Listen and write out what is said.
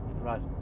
right